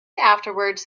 afterwards